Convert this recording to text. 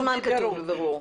כמה זמן כתוב 'בבירור'?